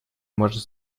может